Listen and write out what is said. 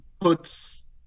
puts